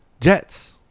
Jets